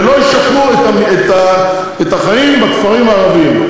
ולא ישפרו את החיים בכפרים הערביים.